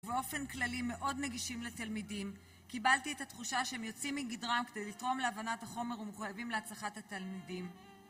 באופן כללי מאוד נגישים לתלמידים קיבלתי את התחושה שהם יוצאים מגדרם כדי לתרום להבנת החומר ומחויבים להצלחת התלמידים